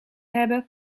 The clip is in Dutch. hebben